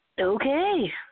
Okay